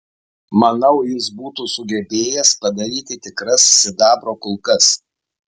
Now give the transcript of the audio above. manau jis būtų sugebėjęs padaryti tikras sidabro kulkas